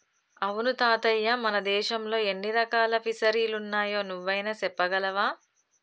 అవును తాతయ్య మన దేశంలో ఎన్ని రకాల ఫిసరీలున్నాయో నువ్వైనా సెప్పగలవా